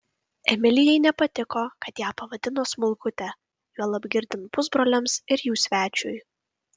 emilijai nepatiko kad ją pavadino smulkute juolab girdint pusbroliams ir jų svečiui